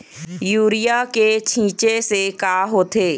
Urea के छींचे से का होथे?